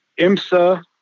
imsa